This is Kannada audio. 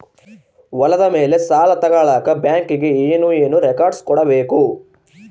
ಹೊಲದ ಮೇಲೆ ಸಾಲ ತಗಳಕ ಬ್ಯಾಂಕಿಗೆ ಏನು ಏನು ರೆಕಾರ್ಡ್ಸ್ ಕೊಡಬೇಕು?